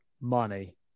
money